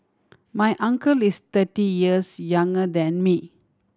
my uncle is thirty years younger than me